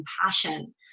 compassion